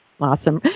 Awesome